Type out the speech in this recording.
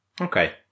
Okay